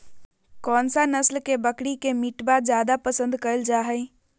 कौन सा नस्ल के बकरी के मीटबा जादे पसंद कइल जा हइ?